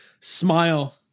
smile